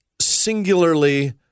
singularly